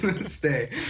Stay